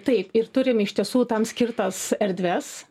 taip ir turim iš tiesų tam skirtas erdves